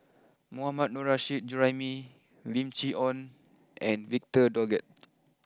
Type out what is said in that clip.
Mohammad Nurrasyid Juraimi Lim Chee Onn and Victor Doggett